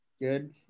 Good